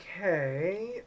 Okay